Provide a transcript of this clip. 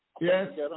Yes